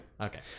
Okay